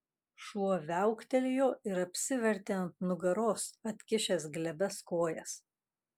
šuo viauktelėjo ir apsivertė ant nugaros atkišęs glebias kojas